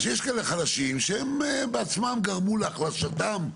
יש כאלה חלשים שהם בעצמם גרמו להחלשתם,